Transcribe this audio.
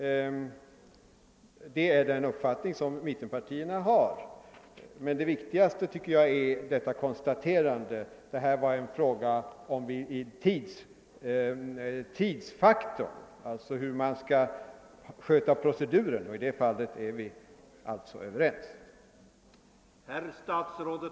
Det är den uppfattning som mittenpartierna har. |. Men det viktigaste tycker jag alltså är konstaterandet, att detta är en fråga om tidsfaktorn, alltså hur man skall sköta proceduren, och i det fallet är alltså handelsministern och jag överens.